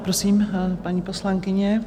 Prosím, paní poslankyně.